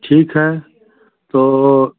ठीक है तो